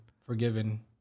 forgiven